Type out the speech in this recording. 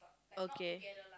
okay